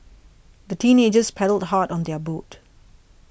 the teenagers paddled hard on their boat